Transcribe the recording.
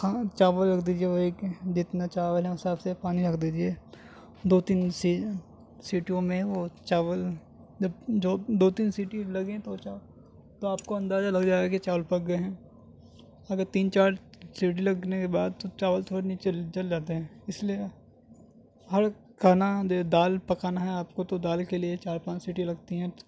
چاول رکھ دیجیے وہ ایک جتنا چاول ہے اس حساب سے پانی ڈال رکھ دیجیے دو تین سی سیٹیوں میں وہ چاول جب جو دو تین سیٹی لگے تو آپ کو اندازہ لگ جائے گا کہ چاول پک گئے ہیں اگر تین چار سیٹی لگنے کے بعد چاول تھوڑے نیچے جل جاتے ہیں اس لیے ہر کھانا دال پکانا ہے تو آپ کو دال کے لیے چار پانچ سیٹی لگتی ہیں